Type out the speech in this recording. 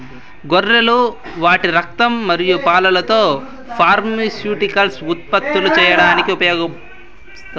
గొర్రెలు వాటి రక్తం మరియు పాలతో ఫార్మాస్యూటికల్స్ ఉత్పత్తులు చేయడానికి ఉపయోగిస్తారు